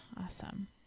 Awesome